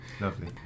lovely